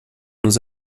nos